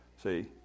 See